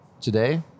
today